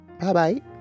Bye-bye